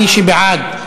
מי שבעד,